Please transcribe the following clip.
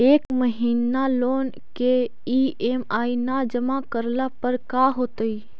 एक महिना लोन के ई.एम.आई न जमा करला पर का होतइ?